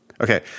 Okay